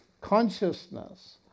consciousness